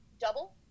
Double